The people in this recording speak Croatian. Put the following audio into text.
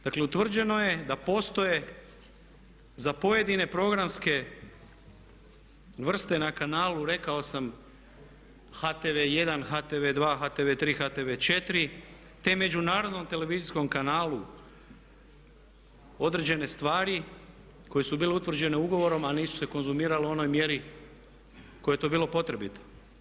Dakle, utvrđeno je da postoje za pojedine programske vrste na kanalu rekao sam HTV 1, HTV 2, HTV 3, HTV 4 te međunarodnom televizijskom kanalu određene stvari koje su bile utvrđene ugovorom a nisu se konzumirale u onoj mjeri kojoj je to bilo potrebito.